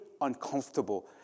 uncomfortable